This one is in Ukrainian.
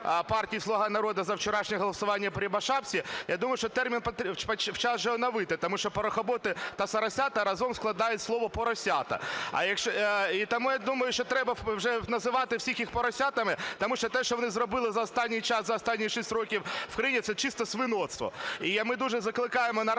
партії "Слуга народу" за вчорашнє голосування по Рябошапці, я думаю, що термін час вже оновити, тому що "порохоботи" та "соросята" разом складають слово "поросята". І тому я думаю, що треба вже називати всіх їх поросятами, тому що те, що вони зробили за останній час, за останні 6 років в країні – це чисте свиноцтво. І ми дуже закликаємо нормальних